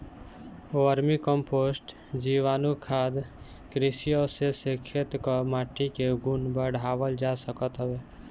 vermi compost, जीवाणुखाद, कृषि अवशेष से खेत कअ माटी के गुण बढ़ावल जा सकत हवे